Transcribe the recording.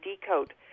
decode